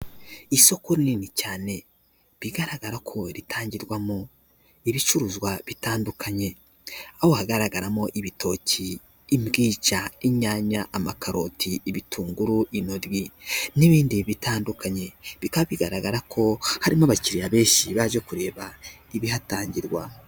Isoko rinini cyane, bigaragara ko ritangirwamo ibicuruzwa bitandukanye. Aho hagaragaramo ibitoki, imbwija, inyanya, amakaroti, ibitunguru, intoryi, n'ibindi bitandukanye, bikaba bigaragara ko harimo abakiriya benshi baje kureba ibihatangirwa.